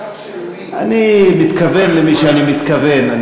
אני מתכוון למי שאני מתכוון.